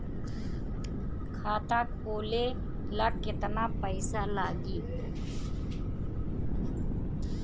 खाता खोले ला केतना पइसा लागी?